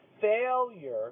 failure